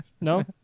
No